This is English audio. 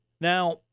Now